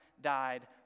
died